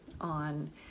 on